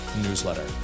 newsletter